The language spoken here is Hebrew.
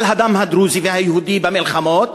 על הדם הדרוזי והיהודי במלחמות.